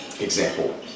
example